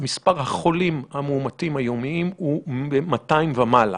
מספר החולים המאומתים היומיים הוא 200 ומעלה.